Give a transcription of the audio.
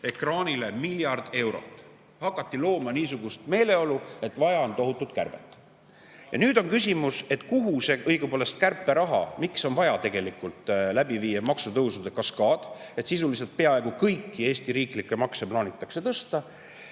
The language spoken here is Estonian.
ekraanile miljard eurot. Hakati looma niisugust meeleolu, et vaja on tohutut kärbet. Nüüd on küsimus, kuhu õigupoolest see kärperaha … Miks on vaja läbi viia maksutõusude kaskaad, et sisuliselt peaaegu kõiki Eesti riiklikke makse plaanitakse tõsta